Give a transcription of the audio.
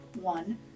one